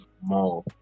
more